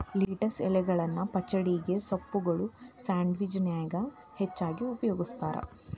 lettuce ಎಲಿಗಳನ್ನ ಪಚಡಿಗೆ, ಸೂಪ್ಗಳು, ಸ್ಯಾಂಡ್ವಿಚ್ ನ್ಯಾಗ ಹೆಚ್ಚಾಗಿ ಉಪಯೋಗಸ್ತಾರ